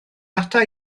ata